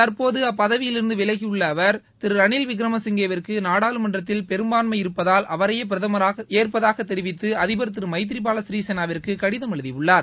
தற்போது அப்பதவியில் இருந்து விலகியுள்ள அவர் திரு ரணில் விக்ரம சிங்கேவிற்கு நாடாளுமன்றத்தில் பெரும்பான்மை இருப்பதால் அவரையே பிரதமராக ஏற்பதாக தெரிவித்து அதிபர் திரு மைத்ரிபால சிறிசேனாவிற்கு கடிதம் எழுதியுள்ளார்